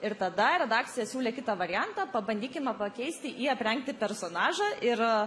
ir tada redakcija siūlė kitą variantą pabandykim pakeisti į aprengti personažą ir